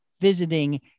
visiting